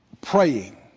praying